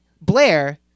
Blair